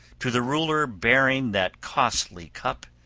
to the ruler bearing that costly cup,